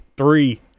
Three